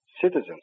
citizens